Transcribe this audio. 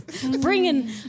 Bringing